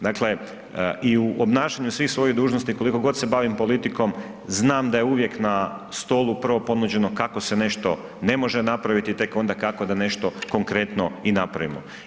Dakle, i u obnašanju svih svojih dužnosti koliko god se bavim politikom znam da je uvijek na stolu prvo ponuđeno kako se nešto ne može napraviti, tek onda kako da nešto konkretno i napravimo.